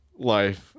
life